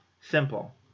Simple